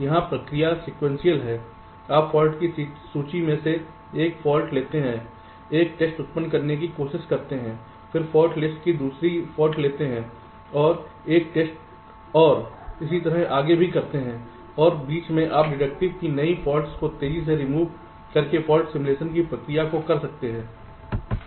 यहां प्रक्रिया सीक्वेंशियल है आप फाल्ट की सूची में से एक फाल्ट लेते हैं एक टेस्ट उत्पन्न करने की कोशिश करते हैं फिर फाल्ट लिस्ट से दूसरी फाल्ट लेते हैं और एक टेस्ट और इसी तरह आगे भी करते हैं और बीच में आप डिटेक्ट की गई फॉल्ट्स को तेजी से रिमूव कर के फाल्ट सिमुलेशन की प्रक्रिया को कर सकते हैं